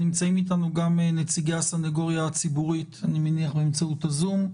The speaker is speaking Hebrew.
נמצאים אתנו גם נציגי הסנגוריה הציבורית באמצעות הזום,